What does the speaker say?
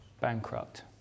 bankrupt